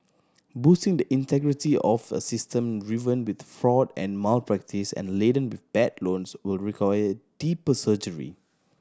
boosting the integrity of a system riven with fraud and malpractice and laden bad loans will require deeper surgery